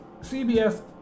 CBS